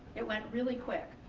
it went really quick,